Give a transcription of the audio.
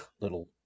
little